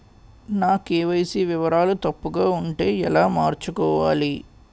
నా కే.వై.సీ వివరాలు తప్పుగా ఉంటే ఎలా మార్చుకోవాలి?